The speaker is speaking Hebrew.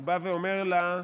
הוא בא ואומר לה: